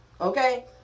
Okay